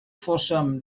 fóssem